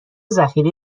ذخیره